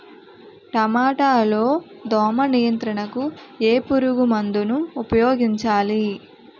టమాటా లో దోమ నియంత్రణకు ఏ పురుగుమందును ఉపయోగించాలి?